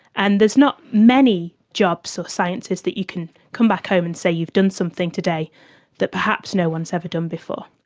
and there's not many jobs or sciences that you can come back home and say you've done something today that perhaps no one has ever done before.